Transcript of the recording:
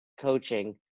coaching